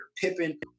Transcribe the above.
Pippen